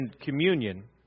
communion